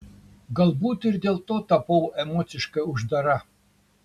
galbūt ir dėl to tapau emociškai uždara